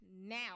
now